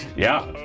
yeah.